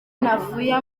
navuye